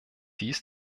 dies